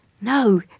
no